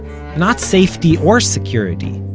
not safety or security,